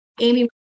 Amy